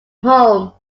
home